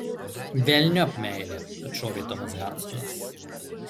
velniop meilę atšovė tomas hadsonas